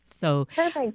Perfect